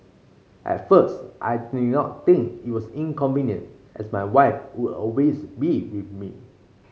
at first I did not think it was inconvenient as my wife would always be with me